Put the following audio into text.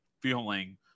feeling